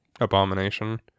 abomination